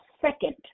second